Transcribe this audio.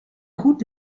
goed